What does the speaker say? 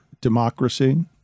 democracy